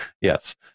Yes